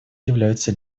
являются